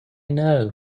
know